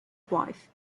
wife